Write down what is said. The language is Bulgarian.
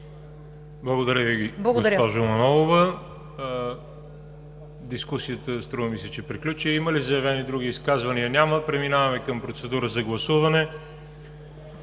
Благодаря Ви, госпожо Манолова. Дискусията, струва ми се, че приключи. Има ли заявени други изказвания? Няма. Преминаваме към процедура за гласуване.